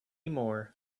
more